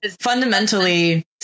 fundamentally